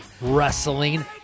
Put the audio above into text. Wrestling